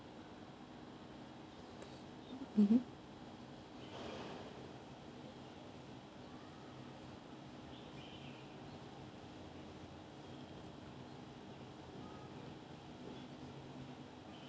mmhmm